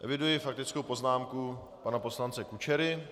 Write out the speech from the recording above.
Eviduji faktickou poznámku pana poslance Kučery.